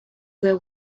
their